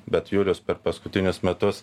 bet julius per paskutinius metus